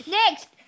next